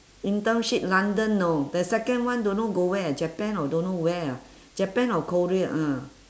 internship london know the second one don't know go where japan or don't know where ah japan or korea ah